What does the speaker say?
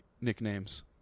nicknames